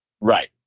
Right